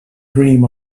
dreamed